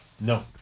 No